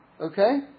okay